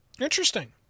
Interesting